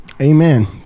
Amen